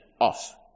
off